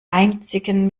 einzigen